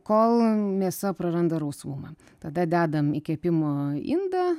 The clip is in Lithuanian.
kol mėsa praranda rausvumą tada dedam į kepimo indą